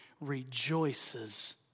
rejoices